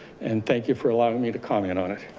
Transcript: and thank you for allowing me to comment on it.